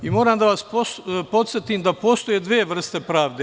Moram da vas podsetim da postoje dve vrste pravde.